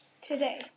today